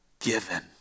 given